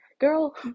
girl